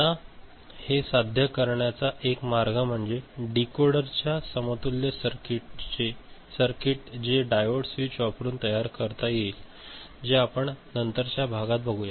आता हे साध्य करण्याचा एक मार्ग म्हणजे डीकोडर ओर च्या समतुल्य सर्किट जे डायोड स्विच वापरुन तयार करता येईल जे आपण नंतर च्या भागात बघूया